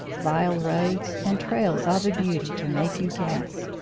vile roads, and trails of a beauty to make you gasp.